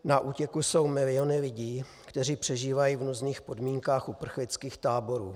Na útěku jsou miliony lidí, kteří přežívají v nuzných podmínkách uprchlických táborů.